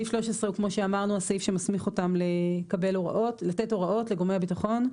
סעיף 13 הוא כמו שאמרנו הסעיף שמסמיך אותם לתת הוראות לגורמי הביטחון,